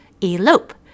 elope